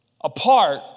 apart